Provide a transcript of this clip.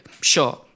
sure